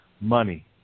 Money